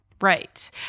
Right